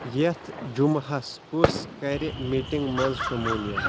یتھ جُمہس کُس کَرِ میٹِنگ منٛز شموٗلیت؟